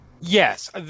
Yes